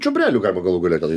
čiobrelių galima galų gale tenai